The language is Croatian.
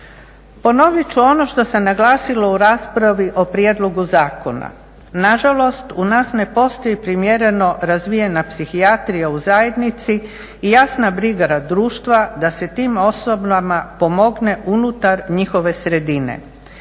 Ponoviti ću ono što sam naglasila u raspravi o prijedlogu zakona. Nažalost u nas ne postoji primjereno razvijena psihijatrija u zajednici i jasna briga društva da se tim osobama pomogne unutar njihove sredine.